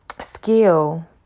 skill